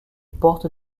porte